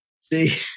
see